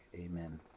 Amen